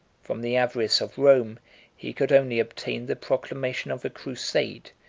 from the avarice of rome he could only obtain the proclamation of a crusade,